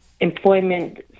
employment